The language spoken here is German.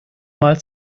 mal